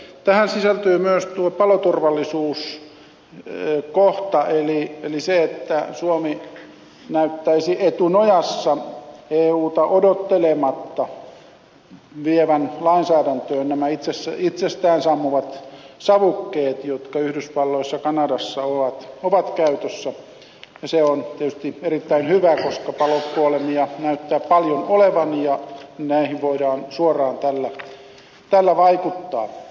tähän sisältyy myös tuo paloturvallisuuskohta eli se että suomi näyttäisi etunojassa euta odottelematta vievän lainsäädäntöön nämä itsestään sammuvat savukkeet jotka yhdysvalloissa ja kanadassa ovat käytössä ja se on tietysti erittäin hyvä koska palokuolemia näyttää paljon olevan ja näihin voidaan suoraan tällä vaikuttaa